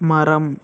மரம்